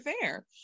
fair